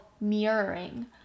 mirroring